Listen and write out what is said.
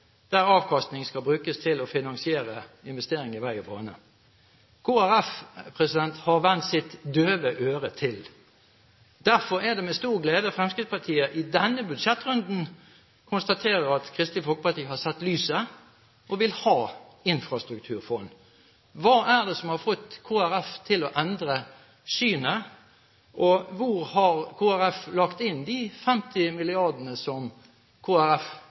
der avkastningen skal brukes til å finansiere investering i vei og bane. Kristelig Folkeparti har vendt sitt døve øre til. Derfor er det med stor glede Fremskrittspartiet i denne budsjettrunden konstaterer at Kristelig Folkeparti har sett lyset og vil ha infrastrukturfond. Hva er det som har fått Kristelig Folkeparti til å endre sitt syn, og hvor har Kristelig Folkeparti lagt inn de 50 mrd. kr som